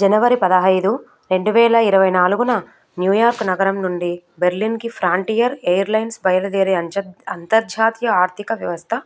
జనవరి పదిహేను రెండు వేల ఇరవై నాలుగున న్యూ యార్క్ నగరం నుండి బెర్లిన్కి ఫ్రాంటియర్ ఎయిర్లైన్స్ బయలుదేరే అంతర్జాతీయ ఆర్థిక వ్యవస్థ